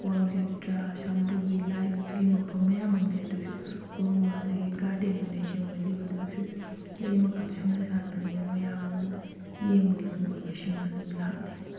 ꯀ꯭ꯋꯥꯛ ꯖꯥꯇ꯭ꯔꯥ ꯁꯝꯄꯨꯕꯤ ꯂꯥꯏꯒꯤ ꯃꯐꯝ ꯃꯌꯥꯝ ꯑꯃ ꯂꯩ ꯑꯗꯨꯁꯨ ꯈꯨꯔꯨꯝꯕ ꯑꯗꯨꯗꯒꯤ ꯒꯥꯔꯗꯦꯟ ꯑꯣꯏꯅ ꯁꯦꯝꯒꯠꯂꯤꯕ ꯑꯗꯨꯁꯨ ꯂꯩ ꯃꯈꯜꯁꯨꯅ ꯁꯥꯠꯄꯅꯤꯅ ꯃꯌꯥꯝꯅ ꯑꯗꯨꯝ ꯌꯦꯡꯕ ꯂꯝ ꯀꯣꯏꯕꯁꯤꯡꯅ ꯑꯗꯨꯝ ꯂꯥꯛꯅꯩ